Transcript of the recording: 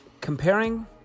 comparing